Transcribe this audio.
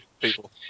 people